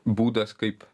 būdas kaip